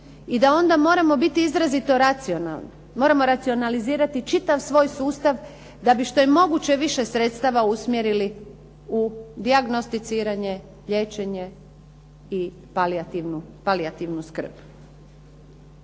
i da onda moramo biti izrazito racionalni, moramo racionalizirati čitav svoj sustav da bi što je moguće više sredstava usmjerili u dijagnosticiranje, liječenje i palijativnu skrb.